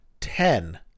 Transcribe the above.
ten